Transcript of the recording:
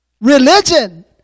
religion